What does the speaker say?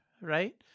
right